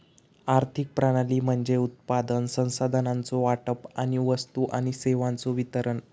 आर्थिक प्रणाली म्हणजे उत्पादन, संसाधनांचो वाटप आणि वस्तू आणि सेवांचो वितरण